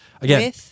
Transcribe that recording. again